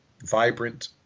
Vibrant